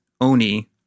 Oni